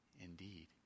indeed